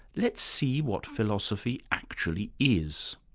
let's see what philosophy actually is,